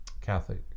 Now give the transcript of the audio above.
Catholic